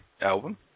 album